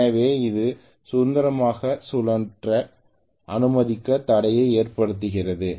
எனவே இது சுதந்திரமாக சுழற்ற அனுமதிக்காத தடையை ஏற்படுத்துகிறது